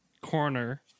corner